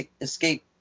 escape